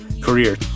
career